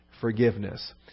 forgiveness